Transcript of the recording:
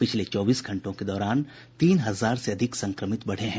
पिछले चौबीस घंटों के दौरान तीन हजार से अधिक संक्रमित बढे हैं